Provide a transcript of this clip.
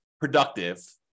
productive